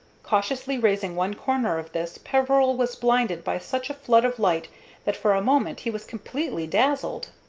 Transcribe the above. cautiously raising one corner of this, peveril was blinded by such a flood of light that for a moment he was completely dazzled.